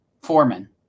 Foreman